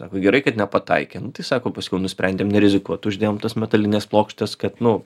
sako gerai kad nepataikė nu tai sako paskiau nusprendėm nerizikuot uždėjom tas metalines plokštes kad nu